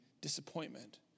disappointment